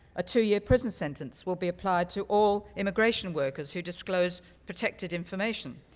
a two-year prison sentence will be applied to all immigration workers who disclose protected information.